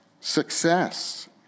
success